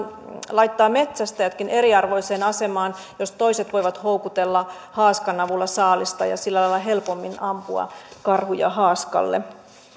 laittaa metsästäjätkin eriarvoiseen asemaan jos toiset voivat houkutella haaskan avulla saalista ja sillä lailla helpommin ampua karhuja haaskalle toinen